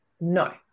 no